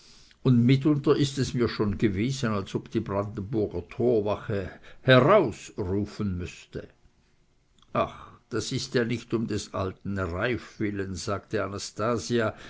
und mitunter ist es mir schon gewesen als ob die brandenburger torwache heraus rufen müsse ach das ist ja nicht um des alten reiff willen sagte